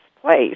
place